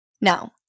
Now